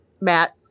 Matt